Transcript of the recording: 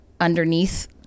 underneath